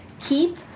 keep